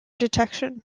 detection